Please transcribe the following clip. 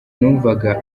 numva